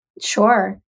Sure